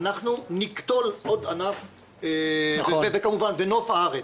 אנחנו נקטול עוד ענף בנוף הארץ.